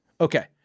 Okay